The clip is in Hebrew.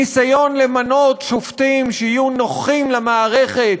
ניסיון למנות שופטים שיהיו נוחים למערכת,